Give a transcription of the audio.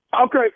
Okay